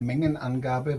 mengenangabe